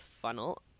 funnel